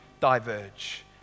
diverge